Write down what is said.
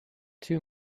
two